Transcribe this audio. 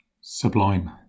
Sublime